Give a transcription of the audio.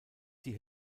die